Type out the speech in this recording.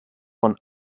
von